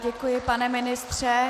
Děkuji, pane ministře.